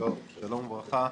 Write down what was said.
שלום וברכה.